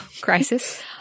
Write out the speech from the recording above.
crisis